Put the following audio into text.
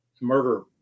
murder